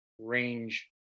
range